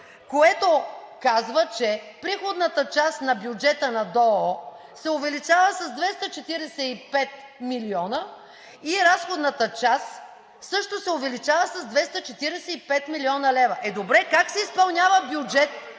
което казва, че приходната част на бюджета на ДОО се увеличава с 245 милиона и разходната част също се увеличава с 245 млн. лв. Е, добре, как се изпълнява бюджет